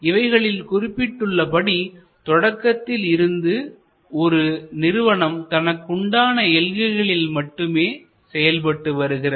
இவைகளில் குறிப்பிட்டுள்ளபடி தொடக்கத்தில் இருந்து ஒரு நிறுவனம் தனக்கு உண்டான எல்கைகளில் மட்டுமே செயல்பட்டு வருகிறது